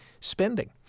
spending